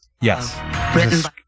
Yes